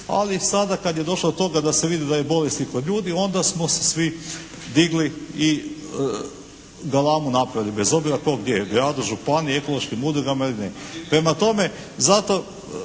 ali sada kada je došlo do toga da se vidi da je bolest i kod ljudi, onda smo se svi digli i galamu napravili bez obzira tko gdje, u gradu, u županiji, ekološkim udrugama ili ne. Prema tome zato